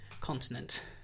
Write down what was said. continent